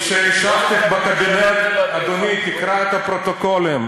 כשישבתי בקבינט, אדוני, תקרא את הפרוטוקולים.